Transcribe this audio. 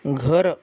घर